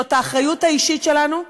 זאת האחריות האישית שלנו,